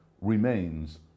remains